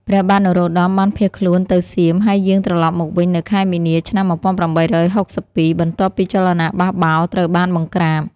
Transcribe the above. ព្រះបាទនរោត្តមបានភៀសខ្លួនទៅសៀម ហើយយាងត្រឡប់មកវិញនៅខែមីនា ឆ្នាំ ១៨៦២ បន្ទាប់ពីចលនាបះបោរត្រូវបានបង្ក្រាប។